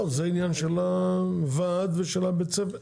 טוב, זה עניין של הוועד ושל מנהל בית הספר.